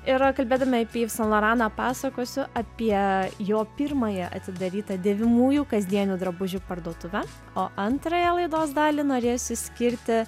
ir kalbėdami apie yv san loraną pasakosiu apie jo pirmąją atidarytą dėvimųjų kasdienių drabužių parduotuvę o antrąją laidos dalį norėsiu skirti